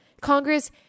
Congress